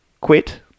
quit